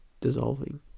dissolving